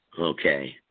Okay